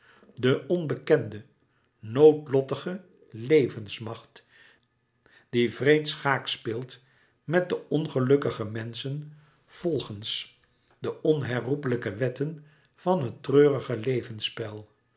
de onbekende noodlottige levensmacht louis couperus metamorfoze die wreed schaakspeelt met de ongelukkige menschen volgens de onherroepelijke wetten van het treurige levensspel